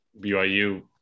BYU